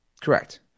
Correct